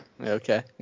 Okay